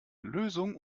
lösung